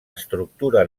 estructura